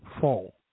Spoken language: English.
fall